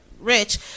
rich